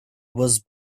was